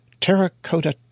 Terracotta